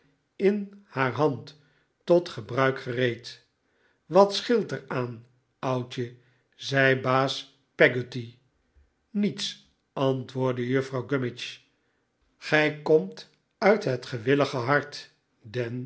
in haar hand tot gebruik gereed wat scheelt er aan oudje zei baas peggotty niets antwoordde juffrouw gummidge gij komt uit het gewillige hart